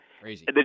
Crazy